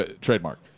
Trademark